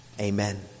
Amen